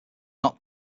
not